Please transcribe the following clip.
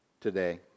today